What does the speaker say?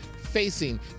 facing